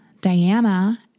Diana